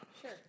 Sure